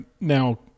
now